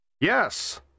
Yes